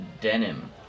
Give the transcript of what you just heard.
denim